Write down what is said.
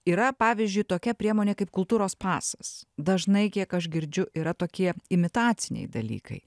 yra pavyzdžiui tokia priemonė kaip kultūros pasas dažnai kiek aš girdžiu yra tokie imitaciniai dalykai